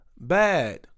bad